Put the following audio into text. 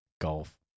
Golf